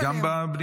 היית גם בבנייה?